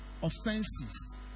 Offenses